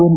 M